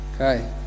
Okay